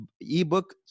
ebook